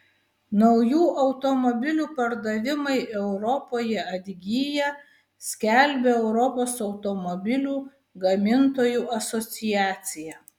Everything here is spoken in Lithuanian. naujų automobilių pardavimai europoje atgyja skelbia europos automobilių gamintojų asociacija